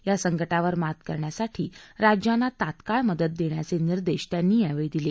या संकटावर मात करण्यासाठी राज्यांना तात्काळ मदत देण्याचे निर्देश त्यांनी यावेळी दिले